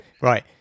Right